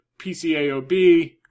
PCAOB